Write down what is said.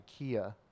IKEA